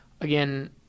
again